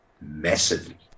Massively